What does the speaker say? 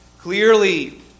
Clearly